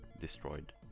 destroyed